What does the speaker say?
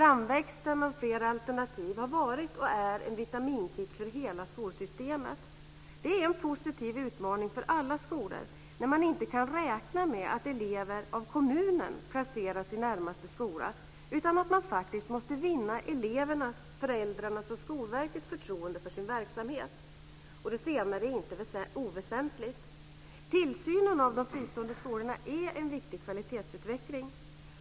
Framväxten av flera alternativ har varit och är en vitaminkick för hela skolsystemet. Det är en positiv utmaning för alla skolor när man inte kan räkna med att elever av kommunen placeras i närmaste skola, utan att man faktiskt måste vinna elevernas, föräldrarnas och Skolverkets förtroende för sin verksamhet. Det senare är inte oväsentligt. Tillsynen av de fristående skolorna är en viktig kvalitetsutveckling.